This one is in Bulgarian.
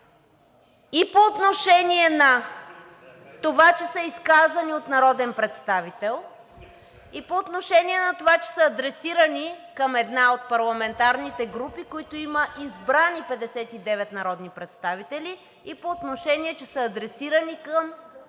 и по отношение на това, че са изказани от народен представител, и по отношение на това, че са адресирани към една от парламентарните групи, която има избрани 59 народни представители, и по отношение, че са адресирани към